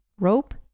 rope